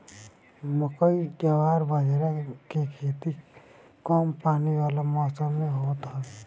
मकई, जवार बजारा के खेती कम पानी वाला मौसम में होत हवे